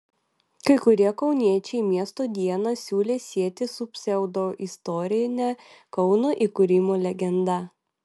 kai kurie kauniečiai miesto dieną siūlė sieti su pseudoistorine kauno įkūrimo legenda